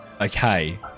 okay